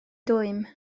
dwym